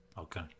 okay